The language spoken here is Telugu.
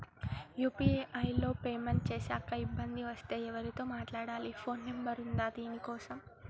యూ.పీ.ఐ లో పేమెంట్ చేశాక ఇబ్బంది వస్తే ఎవరితో మాట్లాడాలి? ఫోన్ నంబర్ ఉందా దీనికోసం?